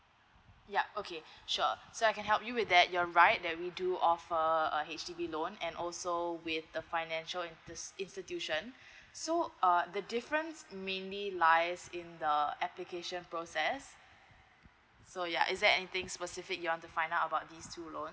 yup okay sure so I can help you with that you're right that we do offer a H_D_B loan and also with a financial insti~ institution so err the difference mainly lies in the application process so ya is there anything specific you want to find out about these two loans